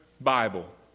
Bible